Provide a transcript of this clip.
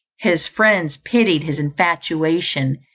his friends pitied his infatuation,